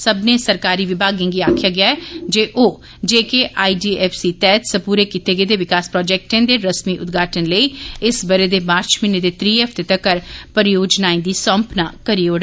सब्बनें सरकारी विभागें भी आक्खेआ गेआ जे ओ जे K I D F C तैहत सबूरे कीते गेदे विकास प्रोजैक्टे दे रस्मी उदघाटन लेई इस बरे दे मार्च म्हीने दे त्रीए हफ्ते तक्कर परियोजनाएं दी सौपना करी औड़न